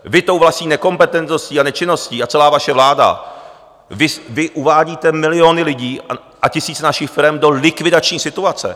Vy tou vlastní nekompetentností a nečinností, a celá vaše vláda, vy uvádíte miliony lidí a tisíce našich firem do likvidační situace.